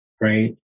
Right